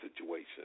situation